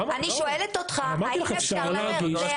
אני שואלת אותך האם אפשר לערער?